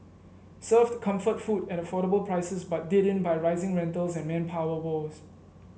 served comfort food at affordable prices but did in by rising rentals and manpower woes